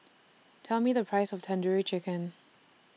Tell Me The Price of Tandoori Chicken